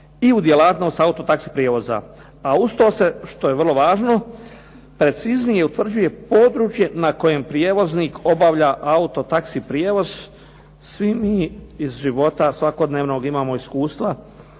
i u djelatnost auto taxi prijevoza. A uz to se, što je vrlo važno, preciznije utvrđuje područje na kojem prijevoznik obavlja auto taxi prijevoz. Svi mi iz života svakodnevnog imamo iskustva,